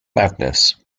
madness